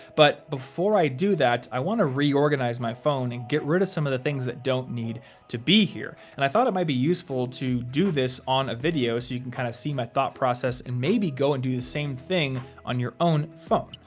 but before i do that, i wanna reorganize my phone and get rid of some of the things that don't need to be here. and i thought it might be useful to do this on a video so you can kinda kind of see my thought process and maybe go and do the same thing on your own phone.